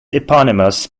eponymous